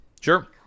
Sure